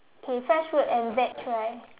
okay fresh fruit and veg right